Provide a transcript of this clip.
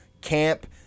camp